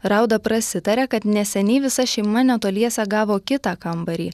rauda prasitaria kad neseniai visa šeima netoliese gavo kitą kambarį